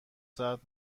ساعت